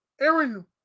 Aaron